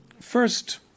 First